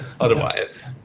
otherwise